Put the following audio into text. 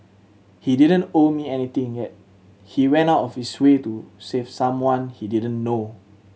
he didn't owe me anything yet he went out of his way to save someone he didn't know